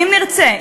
אם נרצה,